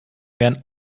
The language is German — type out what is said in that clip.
wären